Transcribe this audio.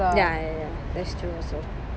ya ya ya that's true also